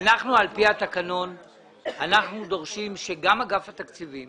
אנחנו על פי התקנון דורשים שגם אגף התקציבים